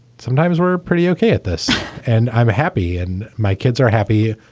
sometimes we're pretty okay at this and i'm happy and my kids are happy.